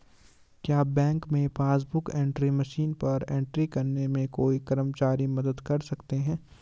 क्या बैंक में passbook book entry machine पर एंट्री करने में कोई कर्मचारी मदद कर सकते हैं?